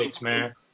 man